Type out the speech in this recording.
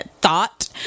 thought